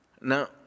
Now